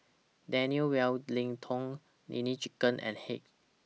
Daniel Wellington Nene Chicken and Heinz